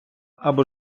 або